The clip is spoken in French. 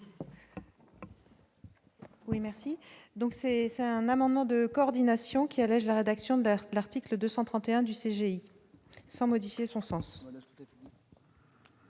donc c'est c'est un amendement de coordination qui allège la rédaction d'Arte, l'article 231 du CGI sans modifier son sens.